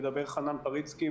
מדבר חנן פריצקי,